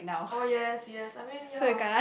oh yes yes I mean ya